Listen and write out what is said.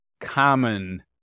common